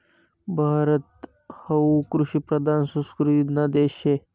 भारत हावू कृषिप्रधान संस्कृतीना देश शे